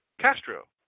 Castro